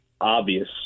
Obvious